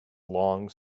long